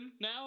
now